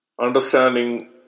understanding